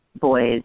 boys